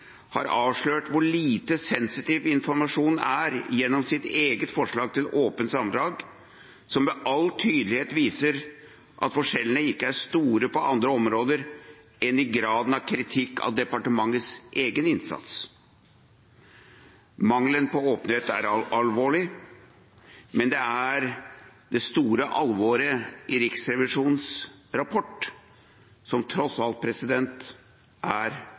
har avslørt hvor lite sensitiv informasjonen er, gjennom sitt eget forslag til åpent sammendrag, som med all tydelighet viser at forskjellene ikke er store på andre områder enn i graden av kritikk av departementenes egen innsats. Mangelen på åpenhet er alvorlig, men det er det store alvoret i Riksrevisjonens rapport som tross alt er